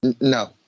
no